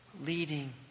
leading